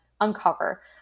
uncover